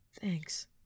Thanks